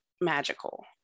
magical